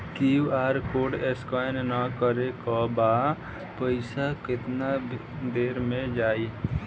QR code scan करे क बाद पइसा केतना देर म जाई?